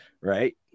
right